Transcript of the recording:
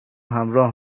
همراه